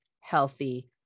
healthy